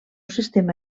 sistema